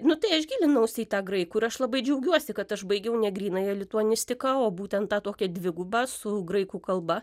nu tai aš gilinausi į tą graikų ir aš labai džiaugiuosi kad aš baigiau ne grynąją lituanistiką o būtent tą tokią dvigubą su graikų kalba